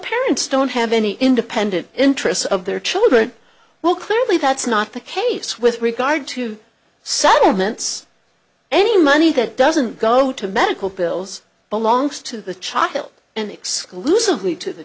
parents don't have any independent interests of their children well clearly that's not the case with regard to settlements any money that doesn't go to medical bills belongs to the child and exclusively to the